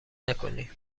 نکنی